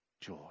joy